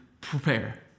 prepare